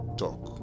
talk